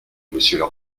monsieur